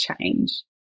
change